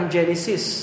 Genesis